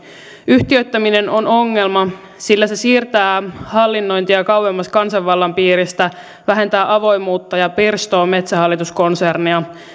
yhtiöittäminen on ongelma sillä se siirtää hallinnointia kauemmas kansanvallan piiristä vähentää avoimuutta ja pirstoo metsähallitus konsernia